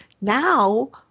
Now